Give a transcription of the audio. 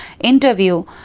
interview